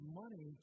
money